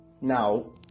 now